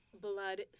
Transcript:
blood